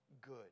good